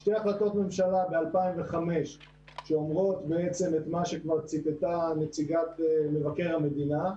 שתי החלטות ממשלה ב-2005 שאומרות את מה שכבר ציטטה נציגת מבקר המדינה,